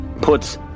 puts